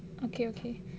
okay okay